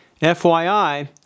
FYI